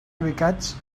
ubicats